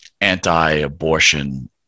anti-abortion